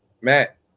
Matt